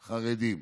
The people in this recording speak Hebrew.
חרדים,